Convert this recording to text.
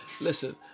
Listen